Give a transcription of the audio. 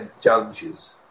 challenges